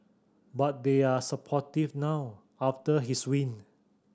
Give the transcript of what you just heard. but they are supportive now after his win